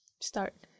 start